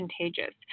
contagious